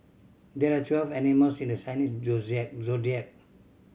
there are twelve animals in the Chinese Zodiac